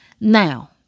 Now